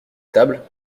table